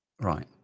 Right